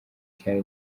cyane